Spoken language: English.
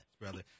brother